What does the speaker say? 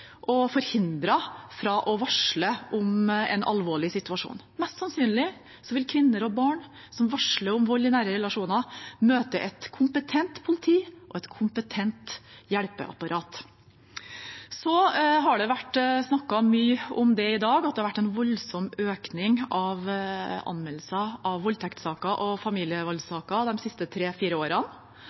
og forhindret fra å varsle om en alvorlig situasjon. Mest sannsynlig vil kvinner og barn som varsler om vold i nære relasjoner, møte et kompetent politi og et kompetent hjelpeapparat. Det har i dag vært mye snakk om at det har vært en voldsom økning i anmeldelser av voldtektssaker og familievoldssaker de siste tre–fire årene.